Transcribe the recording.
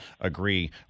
agree